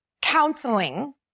counseling